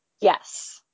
Yes